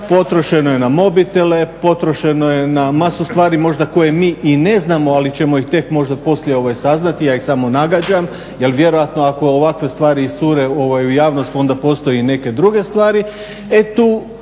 potrošeno je na mobitele, potrošeno je na masu stvari možda koje mi i ne znamo, ali ćemo ih tek možda poslije saznati, ja ih samo nagađam jer vjerojatno ako ovakve iscure u javnost onda postoje i neke druge stvari,